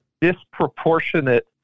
disproportionate